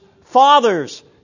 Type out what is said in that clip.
father's